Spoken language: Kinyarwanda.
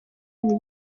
ibi